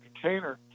container